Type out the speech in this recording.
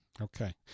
Okay